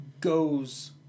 goes